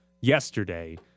yesterday